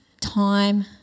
time